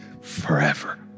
forever